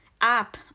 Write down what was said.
app